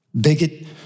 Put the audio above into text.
bigot